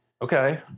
Okay